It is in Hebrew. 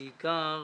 בעיקר